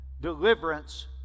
deliverance